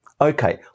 Okay